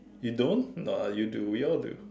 you don't now I you do we all do